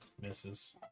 Misses